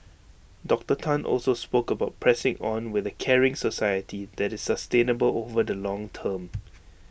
Doctor Tan also spoke about pressing on with A caring society that is sustainable over the long term